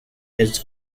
his